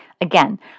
Again